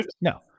No